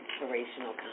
inspirational